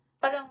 parang